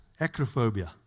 Acrophobia